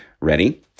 Ready